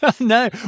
No